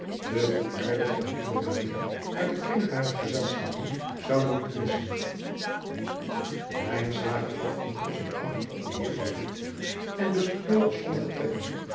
de goedaardige en lieve uit den kring harer gezelschappen zouden moeten missen gaf intusschen acht op den eer en bespeurde sommige trekken